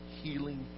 healing